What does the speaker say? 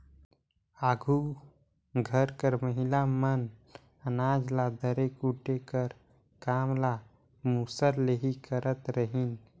आघु घर कर महिला मन अनाज ल दरे कूटे कर काम ल मूसर ले ही करत रहिन